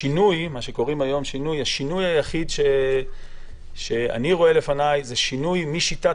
השינוי היחיד שאני רואה לפניי הוא שינוי משיטת